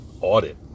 audit